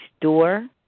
door